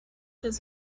does